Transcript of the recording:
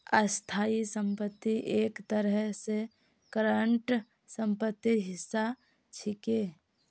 स्थाई संपत्ति एक तरह स करंट सम्पत्तिर हिस्सा छिके